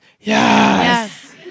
yes